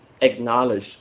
acknowledge